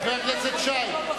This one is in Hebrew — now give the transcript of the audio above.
חבר הכנסת שי.